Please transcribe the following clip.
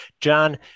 John